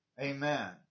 Amen